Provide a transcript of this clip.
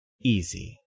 easy